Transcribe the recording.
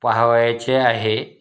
पहावायचे आहे